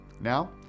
Now